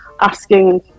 asking